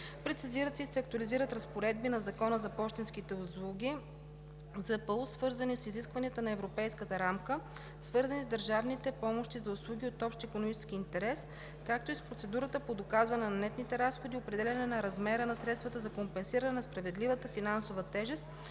Прецизират се и се актуализират разпоредбите на Закона за пощенските услуги (ЗПУ), свързани с изискванията на европейската рамка, свързана с държавните помощи за услуги от общ икономически интерес, както и с процедурата по доказване на нетните разходи и определяне на размера на средствата за компенсиране на несправедливата финансова тежест